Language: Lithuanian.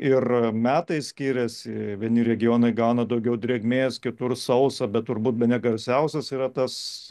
ir metai skiriasi vieni regionai gauna daugiau drėgmės kitur sausa bet turbūt bene garsiausias yra tas